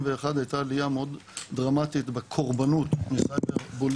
הייתה עליה מאוד דרמטית בקורבנות מcyber bullying